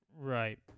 right